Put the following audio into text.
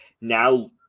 Now